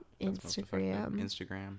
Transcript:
Instagram